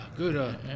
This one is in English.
Good